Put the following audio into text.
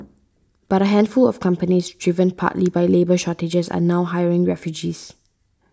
but a handful of companies driven partly by labour shortages are now hiring refugees